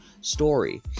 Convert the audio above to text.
story